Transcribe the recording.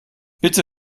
bitte